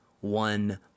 one